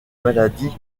maladies